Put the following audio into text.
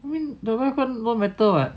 what you mean the laptop no metal [what]